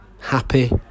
happy